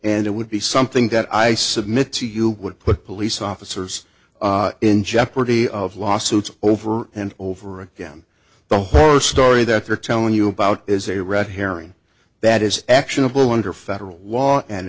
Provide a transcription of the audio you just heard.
and it would be something that i submit to you would put police officers in jeopardy of lawsuits over and over again the horror story that they're telling you about is a red herring that is actionable under federal law and